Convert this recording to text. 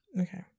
okay